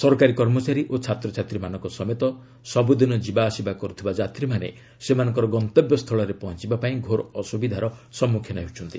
ସରକାରୀ କର୍ମଚାରୀ ଓ ଛାତ୍ରଛାତ୍ରୀମାନଙ୍କ ସମେତ ସବୁ ଦିନ ଯିବାଆସିବା କରୁଥିବା ଯାତ୍ରୀମାନେ ସେମାନଙ୍କ ଗନ୍ତବ୍ୟସ୍ଥଳରେ ପହଞ୍ଚବା ପାଇଁ ଘୋର ଅସୁବିଧାର ସମ୍ମୁଖୀନ ହେଉଛନ୍ତି